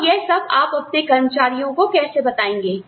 और यह सब आप अपने कर्मचारियों को कैसे बताएँगे